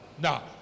Now